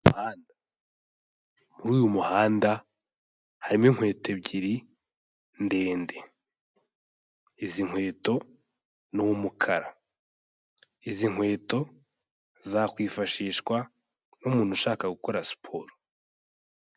Muri uyu muhanda harimo inkweto ebyiri ndende, izi nkweto ni umukara, izi nkweto zakwifashishwa nk'umuntu ushaka gukora siporo.